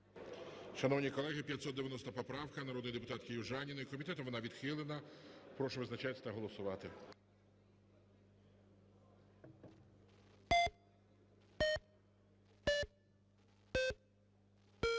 Шановні колеги, 590 поправка народної депутатки Южаніної. Комітетом вона відхилена. Прошу визначатись та голосувати.